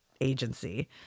agency